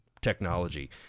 technology